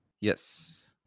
Yes